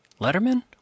Letterman